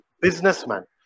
businessman